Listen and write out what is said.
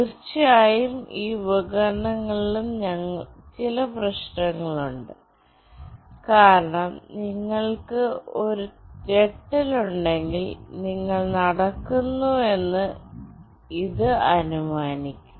തീർച്ചയായും ഈ ഉപകരണങ്ങളിലും ചില പ്രശ്നങ്ങളുണ്ട് കാരണം നിങ്ങൾക്ക് ഒരു ഞെട്ടലുണ്ടെങ്കിൽ നിങ്ങൾ നടക്കുന്നുവെന്ന് ഇത് അനുമാനിക്കും